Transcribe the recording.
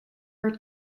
are